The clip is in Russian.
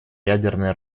ядерное